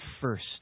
first